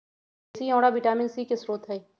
देशी औरा vitamin C के स्रोत हई